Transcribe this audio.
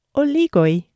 oligoi